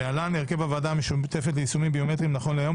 להלן הרכב הוועדה המשותפת ליישומים ביומטריים נכון להיום,